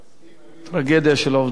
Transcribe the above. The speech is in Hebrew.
הטרגדיה של עובדי "קיקה",